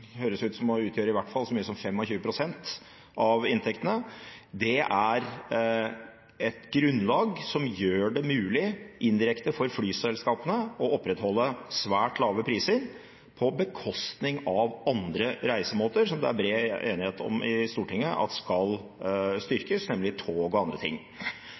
i hvert fall så mye som 25 pst. av inntektene, være et grunnlag som gjør det mulig, indirekte, for flyselskapene å opprettholde svært lave priser på bekostning av andre reisemåter, som det er bred enighet om i Stortinget at skal styrkes, nemlig tog og andre ting.